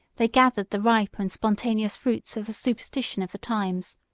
they gathered the ripe and spontaneous fruits of the superstition of the times.